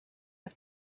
auf